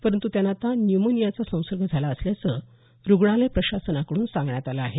परंतु त्यांना आता न्यूमोनियाचा संसर्ग झाला असल्याचं रुग्णालय प्रशासनाकडून सांगण्यात आलं आहे